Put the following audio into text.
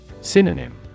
Synonym